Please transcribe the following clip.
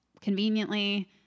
conveniently